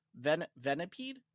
Venipede